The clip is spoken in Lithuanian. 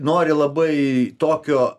nori labai tokio